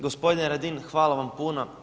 Gospodine Radin hvala vam puno.